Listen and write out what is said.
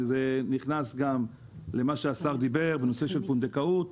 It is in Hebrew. זה נכנס גם למה שהשר דיבר בנושא פונדקאות.